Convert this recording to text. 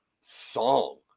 song